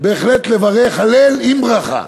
בהחלט לברך הלל עם ברכה.